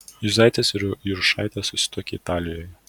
juzaitis ir juršaitė susituokė italijoje